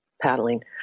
paddling